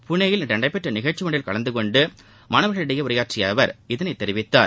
புனேயில் இன்று நடைபெற்ற நிகழ்ச்சி ஒன்றில கலந்துகொண்டு மாணவர்களிடையே உரையாற்றிய அவர் இதனை தெரிவித்தார்